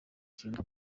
kintu